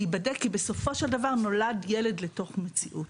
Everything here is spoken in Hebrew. כי בסופו של דבר נולד ילד לתוך מציאות.